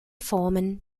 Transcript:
formen